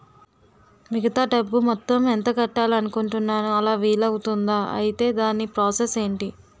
మిగతా డబ్బు మొత్తం ఎంత కట్టాలి అనుకుంటున్నాను అలా వీలు అవ్తుంధా? ఐటీ దాని ప్రాసెస్ ఎంటి?